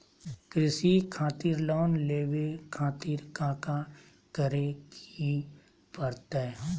कृषि खातिर लोन लेवे खातिर काका करे की परतई?